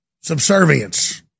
subservience